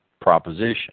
proposition